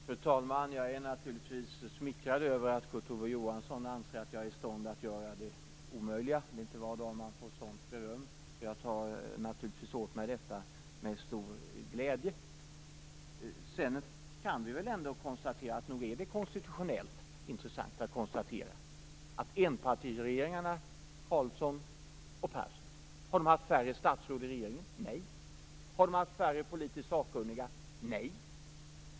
Fru talman! Jag är naturligtvis smickrad över att Kurt Ove Johansson anser att jag är i stånd att göra det omöjliga. Det är inte var dag man får ett sådant beröm. Därför tar jag naturligtvis åt mig detta med stor glädje. Nog är det konstitutionellt intressant att konstatera vissa saker när det gäller enpartiregeringarna Carlsson och Persson. Har de haft färre statsråd i regeringen? Svaret är nej. Har de haft färre politiskt sakkunniga? Svaret är nej.